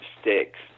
sticks